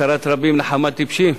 צרת רבים נחמת טיפשים.